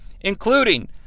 including